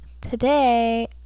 Today